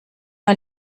mal